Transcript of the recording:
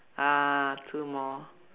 uh two more